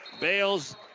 Bales